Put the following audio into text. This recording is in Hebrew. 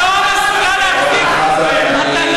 חבר הכנסת יואב בן צור, בבקשה.